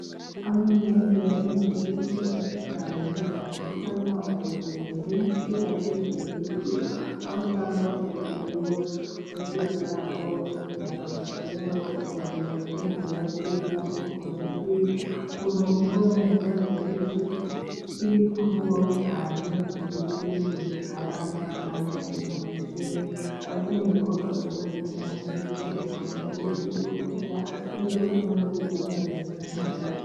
Amwe mu mahoteli ari mu gihugu azwi cyane akunze kuba arimo abakerarugendo benshi baje gusura igihugu aho usanga bakurikiyeyo oderi yaho ugasanga bakurikiyeho ukuntu hoteli yubatse, cyangwa se ukuntu izwi, ukuntu ku mbuga nkoranyambaga iyo hoteli iba iri kuvugwaho cyane ndetse n'ibintu biharanga amazi meza nka picine, abakeneye koga bakaba bajya mu mazi bakidumbaguza ndetse ibyo kurya n'ibyo kunywa na byo bikaba bihaboneka nta kibazo.